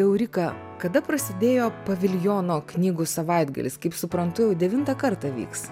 eurika kada prasidėjo paviljono knygų savaitgalis kaip suprantu jau devintą kartą vyks